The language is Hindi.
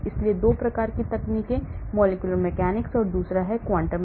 इसलिए 2 प्रकार की तकनीकें molecular mechanics और दूसरी एक quantum mechanics है